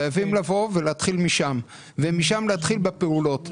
חייבים לבוא ולהתחיל משם, ומשם להתחיל בפעולות.